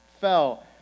fell